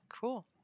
Cool